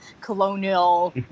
colonial